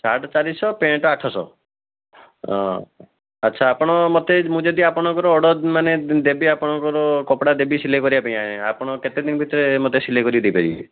shirt ଚାରି ଶହ pant ଆଠ ଶହ ଆଚ୍ଛା ଆପଣ ମୋତେ ମୁଁ ଯଦି ଆପଣଙ୍କର ଅର୍ଡ଼ର ମାନେ ଦେବି ଆପଣଙ୍କର କପଡ଼ା ଦେବି ସିଲେଇ କରିବା ପାଇଁ ଆପଣ କେତେ ଦିନ ଭିତରେ ମୋତେ ସିଲେଇ କରିକି ଦେଇପାରିବେ